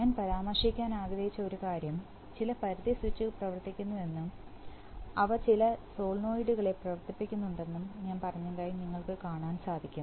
ഞാൻ പരാമർശിക്കാൻ ആഗ്രഹിച്ച ഒരു കാര്യം ചില പരിധി സ്വിച്ച് പ്രവർത്തിക്കുന്നുവെന്നു അവ ചില സോളിനോയ്ഡ്കളെ പ്രവർത്തിക്കുന്നുണ്ടെന്നും ഞാൻ പറഞ്ഞതായി നിങ്ങൾക്ക് കാണാൻ സാധിക്കും